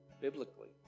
biblically